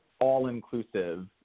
all-inclusive